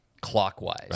clockwise